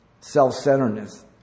self-centeredness